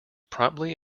promptly